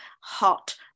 hot